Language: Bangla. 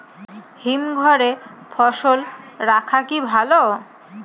হিমঘরে ফসল রাখা কি ভালো?